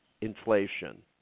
inflation